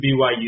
BYU